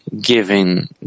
giving